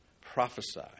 Prophesy